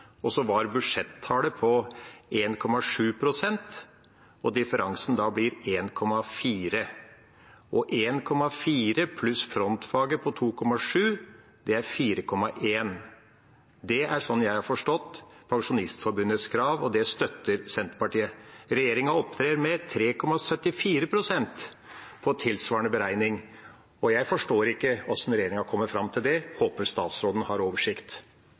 Og så var budsjettallet på 1,7 pst. Differansen blir da 1,4 pst. Og 1,4 pst. pluss frontfaget på 2,7 pst. er 4,1 pst. Det er sånn jeg har forstått Pensjonistforbundets krav, og det støtter Senterpartiet. Regjeringa opererer med 3,74 pst. på tilsvarende beregning. Jeg forstår ikke hvordan regjeringa kommer fram til det. Jeg håper statsråden har oversikt.